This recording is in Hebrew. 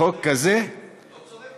וחוק כזה, זה לא צודק?